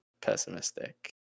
pessimistic